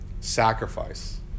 Sacrifice